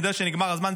אני יודע שנגמר הזמן,